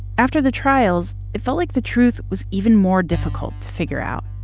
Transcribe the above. after the trials, it felt like the truth was even more difficult to figure out.